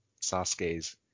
Sasuke's